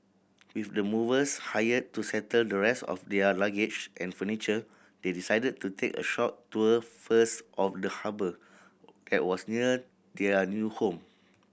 with the movers hired to settle the rest of their luggage and furniture they decided to take a short tour first of the harbour that was near their new home